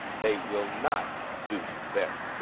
they will not do better.